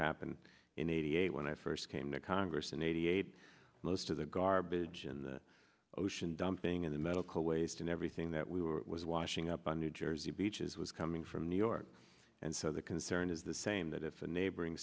happened in eighty eight when i first came to congress in eighty eight most of the garbage in the ocean dumping in the medical waste and everything that we were was washing up on new jersey beaches was coming from new york and so the concern is the same that if a neighboring